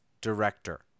director